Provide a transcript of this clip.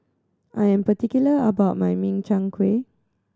I am particular about my Min Chiang Kueh